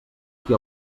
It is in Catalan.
qui